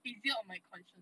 easier on my conscience